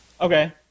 Okay